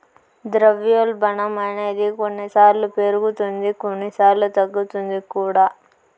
ద్రవ్యోల్బణం అనేది కొన్నిసార్లు పెరుగుతుంది కొన్నిసార్లు తగ్గుతుంది కూడా